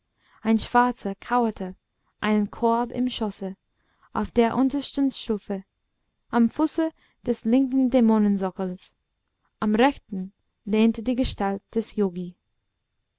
ein schwarzer kauerte einen korb im schoße auf der untersten stufe am fuße des linken dämonensockels am rechten lehnte die gestalt des yogi